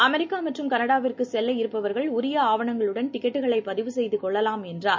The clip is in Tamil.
அமெரிக்கா மற்றும் கனடாவிற்கு செல்ல இருப்பவர்கள் உரிய ஆவணங்களுடன் டிக்கெட்டுகளை பதிவு செய்து கொள்ளலாம் என்றார்